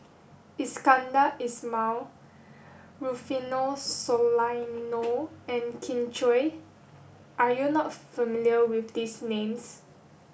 Iskandar Ismail Rufino Soliano and Kin Chui are you not familiar with these names